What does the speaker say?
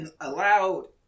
allowed